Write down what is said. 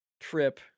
trip